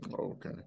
okay